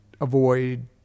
avoid